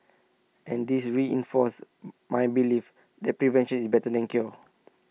and this reinforced my belief that prevention is better than cure